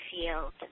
field